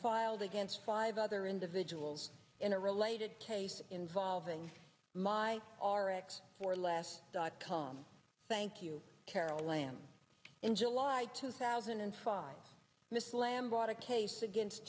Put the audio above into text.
filed against five other individuals in a related case involving my r x for less dot com thank you carol lam in july two thousand and five miss lamb brought a case against